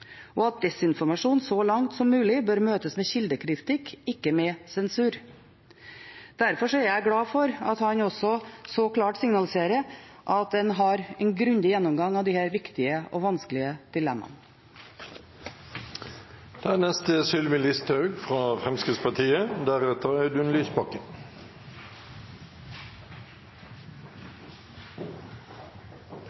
og at desinformasjon så langt som mulig bør møtes med kildekritikk, ikke med sensur. Derfor er jeg glad for at han så klart signaliserer at en har en grundig gjennomgang av disse viktige og vanskelige